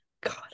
god